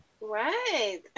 Right